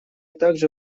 также